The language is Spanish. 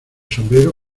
sombrero